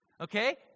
Okay